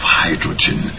hydrogen